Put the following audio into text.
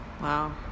Wow